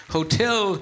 Hotel